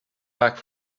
back